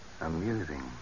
amusing